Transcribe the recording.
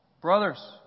Brothers